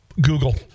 Google